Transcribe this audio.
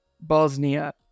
Bosnia